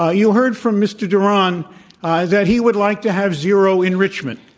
ah you heard from mr. doran that he would like to have zero enrichment.